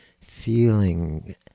feeling